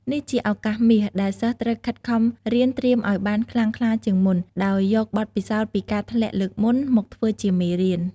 នេះជាឱកាសមាស ដែលសិស្សត្រូវខិតខំរៀនត្រៀមឲ្យបានខ្លាំងក្លាជាងមុន ដោយយកបទពិសោធន៍ពីការធ្លាក់លើកមុនមកធ្វើជាមេរៀន។